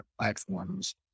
platforms